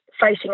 facing